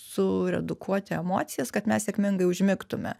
suredukuoti emocijas kad mes sėkmingai užmigtume